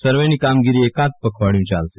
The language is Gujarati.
સર્વેની કામગીરી એકાદ પખવાડીયુ ચાલશે